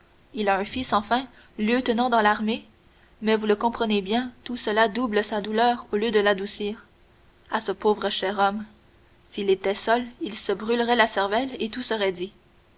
il a un fils enfin lieutenant dans l'armée mais vous le comprenez bien tout cela double sa douleur au lieu de l'adoucir à ce pauvre cher homme s'il était seul il se brûlerait la cervelle et tout serait dit